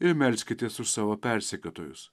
ir melskitės už savo persekiotojus